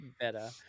better